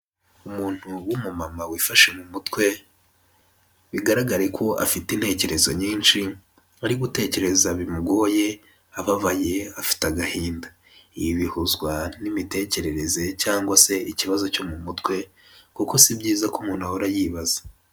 Umuntu w'umumama wifashe mu mutwe, bigaragare ko afite intekerezo nyinshi, ari gutekereza bimugoye, ababaye, afite agahinda. Ibi bihuzwa n'imitekerereze cyangwa se ikibazo cyo mu mutwe, kuko si byiza ko umuntu ahora yibaza.